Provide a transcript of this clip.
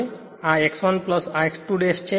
અને આ x 1 x 2 છે